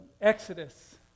exodus